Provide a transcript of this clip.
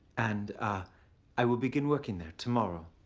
and ah i will begin working there tomorrow.